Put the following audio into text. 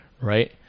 right